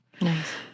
Nice